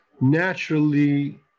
Naturally